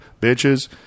bitches